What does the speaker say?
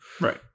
right